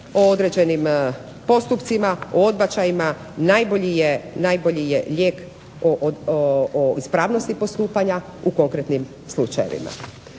o određenim postupcima, o odbačajima najbolji je lijek o ispravnosti postupanja u konkretnim slučajevima.